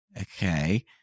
okay